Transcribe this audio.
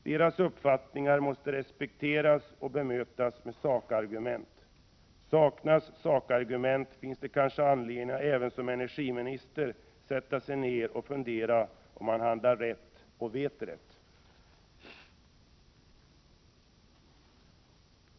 Deras uppfattningar måste respekteras och bemötas med sakargument. Saknas sakargument finns det anledning att även som energiminister sätta sig ner och fundera om man handlar rätt och vet rätt.